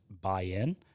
buy-in